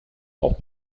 auch